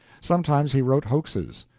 sometimes he wrote hoaxes.